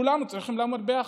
כולנו צריכים לעמוד ביחד,